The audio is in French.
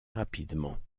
rapidement